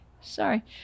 Sorry